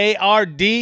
ARD